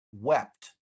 wept